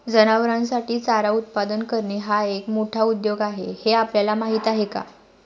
जनावरांसाठी चारा उत्पादन करणे हा एक मोठा उद्योग आहे हे आपल्याला माहीत आहे का?